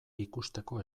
ikusteko